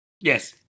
Yes